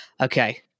Okay